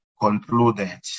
concluded